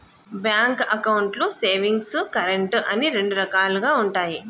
bank అకౌంట్లు savings, current అని రెండు రకాలుగా ఉంటయి